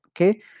okay